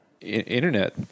internet